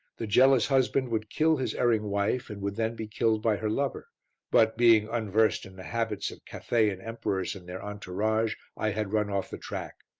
the jealous husband would kill his erring wife and would then be killed by her lover but, being unversed in the habits of cathaian emperors and their entourage, i had run off the track.